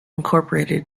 incorporated